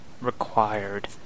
required